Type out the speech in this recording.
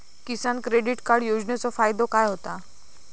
किसान credit card योजनेचो फायदो काय होता?